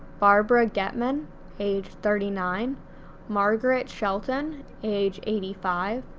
barbara getman age thirty nine margaret shelton age eighty five,